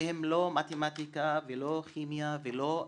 שהם לא מתמטיקה ולא כימיה ולא פיזיקה.